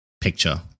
picture